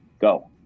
Go